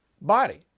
body